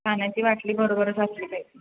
पाण्याची बाटली बरोबरच असली पाहिजे